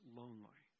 lonely